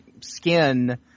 skin